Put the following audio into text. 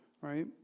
right